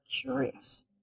curious